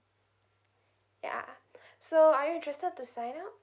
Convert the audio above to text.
ya so are you interested to sign up